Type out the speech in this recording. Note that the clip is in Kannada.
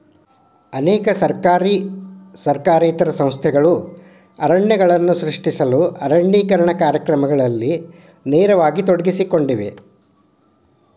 ಅನೇಕ ಸರ್ಕಾರಿ ಸರ್ಕಾರೇತರ ಸಂಸ್ಥೆಗಳು ಅರಣ್ಯಗಳನ್ನು ಸೃಷ್ಟಿಸಲು ಅರಣ್ಯೇಕರಣ ಕಾರ್ಯಕ್ರಮಗಳಲ್ಲಿ ನೇರವಾಗಿ ತೊಡಗಿಸಿಕೊಂಡಿವೆ